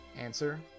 Answer